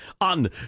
on